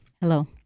Hello